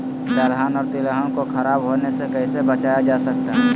दलहन और तिलहन को खराब होने से कैसे बचाया जा सकता है?